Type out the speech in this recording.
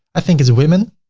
i think is a women.